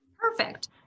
perfect